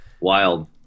wild